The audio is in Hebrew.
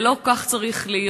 לא כך זה צריך להיות.